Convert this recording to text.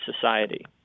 society